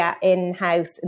in-house